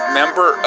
member